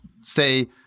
say